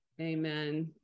Amen